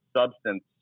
substance